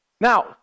Now